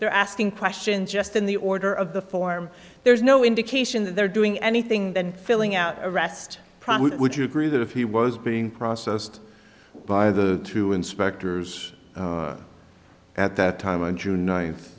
they're asking questions just in the order of the form there's no indication that they're doing anything than filling out arrest probably would you agree that if he was being processed by the two inspectors at that time on june ninth